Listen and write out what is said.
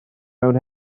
mewn